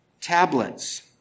tablets